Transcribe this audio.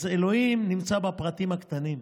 אז אלוהים נמצא בפרטים הקטנים,